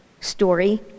story